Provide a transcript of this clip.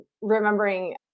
remembering